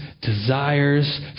desires